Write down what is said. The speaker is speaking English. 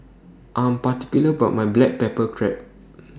I'm particular about My Black Pepper Crab